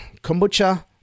Kombucha